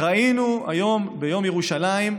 ראינו היום, ביום ירושלים,